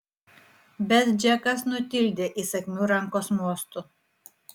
bet džekas nutildė įsakmiu rankos mostu